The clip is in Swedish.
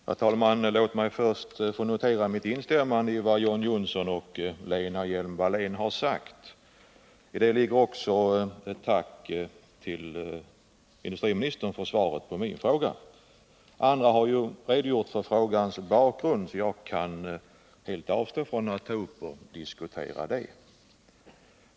Herr talman! Låt mig först instämma i vad John Johnsson och Lena Hjelm-Wallén har sagt. I instämmandet ligger också ett tack till industriministern för svaret på min fråga. Föregående talare har ju redogjort för frågans bakgrund, så jag kan helt avstå från att diskutera den.